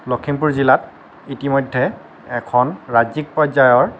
লখিমপুৰ জিলাত ইতিমধ্যে এখন ৰাজ্যিক পৰ্যায়ৰ